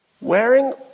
Wearing